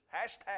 hashtag